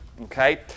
okay